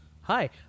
hi